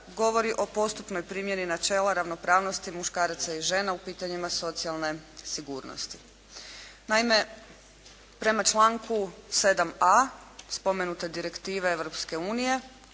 govori o postupnoj primjeni načela ravnopravnosti muškaraca i žena u pitanjima socijalne sigurnosti. Naime, prema članku 7.a spomenute direktive Europske unije